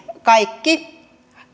kaikki